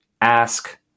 ask